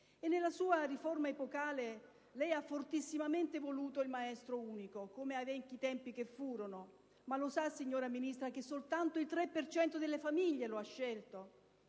Nella sua riforma "epocale" lei ha fortissimamente voluto il maestro unico, come ai tempi che furono. Ma lo sa, signora Ministro, che soltanto il 3 per cento delle famiglie lo ha scelto?